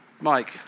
Mike